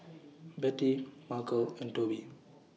Betty Markel and Toby